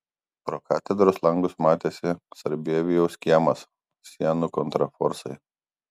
pro katedros langus matėsi sarbievijaus kiemas sienų kontraforsai